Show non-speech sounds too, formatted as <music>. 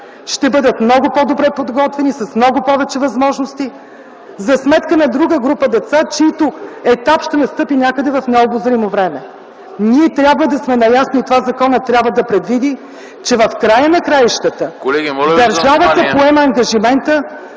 ще бъдат много по-добре подготвени, с много повече възможности, за сметка на друга група деца, чийто етап ще настъпи някъде в необозримо време. Ние трябва да сме наясно и това законът трябва да го предвиди, <noise> че в края на краищата ... ПРЕДСЕДАТЕЛ